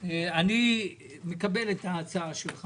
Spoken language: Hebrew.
שהמחירים עולים, יוקר המחייה עולה.